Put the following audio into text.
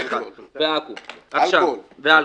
אוכל ואלכוהול.